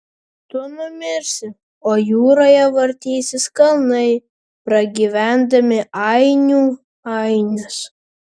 tu numirsi o jūroje vartysis kalnai pragyvendami ainių ainius